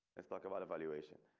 let's talk about evaluation.